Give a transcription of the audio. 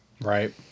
right